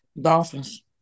Dolphins